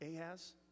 Ahaz